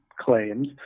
claims